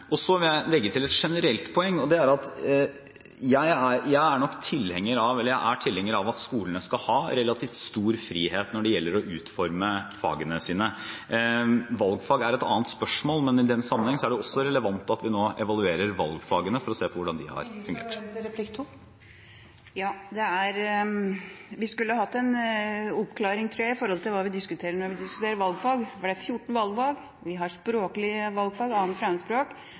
Så vil jeg legge til et generelt poeng. Jeg er tilhenger av at skolene skal ha relativt stor frihet når det gjelder å utforme fagene sine. Valgfag er et annet spørsmål, men i den sammenheng er det også relevant at vi nå evaluerer valgfagene. Vi skulle hatt en oppklaring, tror jeg, når det gjelder hva vi diskuterer når vi diskuterer valgfag. Det er 14 valgfag, vi har språklige valgfag,